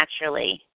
naturally